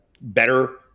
better